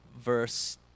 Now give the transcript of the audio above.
verse